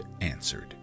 answered